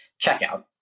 checkout